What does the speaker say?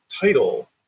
title